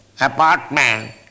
apartment